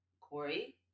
Corey